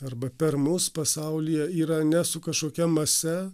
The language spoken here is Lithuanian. arba per mus pasaulyje yra ne su kažkokia mase